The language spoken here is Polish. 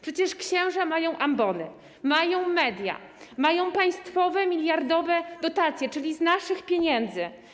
Przecież księża mają ambony, mają media, mają państwowe miliardowe dotacje, czyli z naszych pieniędzy.